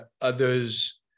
others